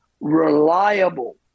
reliable